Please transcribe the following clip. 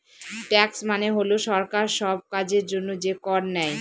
tax মানে হল সরকার সব কাজের জন্য যে কর নেয়